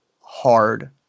hard